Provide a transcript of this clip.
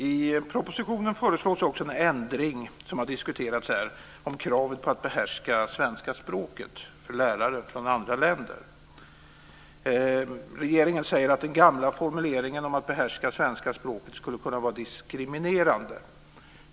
I propositionen föreslås också en ändring, som har diskuterats här, av kravet på lärare från andra länder att behärska svenska språket. Regeringen säger att den gamla formuleringen om att behärska svenska språket skulle kunna vara diskriminerande.